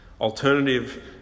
Alternative